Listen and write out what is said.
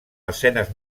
escenes